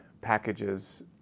packages